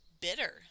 bitter